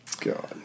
God